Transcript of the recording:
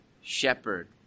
shepherd